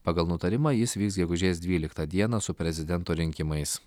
pagal nutarimą jis vyks gegužės dvyliką dieną su prezidento rinkimais